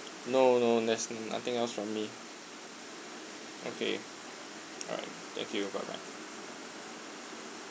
no no there's nothing else from me okay alright thank you bye bye